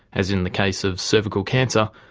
as in the case of cervical cancer,